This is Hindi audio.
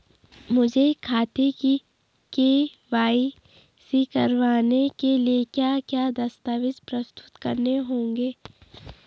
मुझे खाते की के.वाई.सी करवाने के लिए क्या क्या दस्तावेज़ प्रस्तुत करने होंगे?